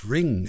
Ring